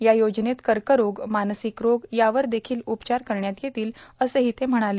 या योजनेत कर्करोग मानसिक रोग यावर देखील उपचार करण्यात येतील असंही ते म्हणाले